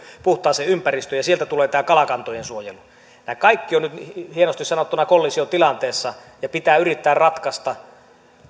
puhtaaseen ympäristöön ja sieltä tulee tämä kalakantojen suojelu nämä kaikki ovat nyt hienosti sanottuna kollisiotilanteessa ja pitää yrittää ratkaista